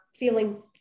feeling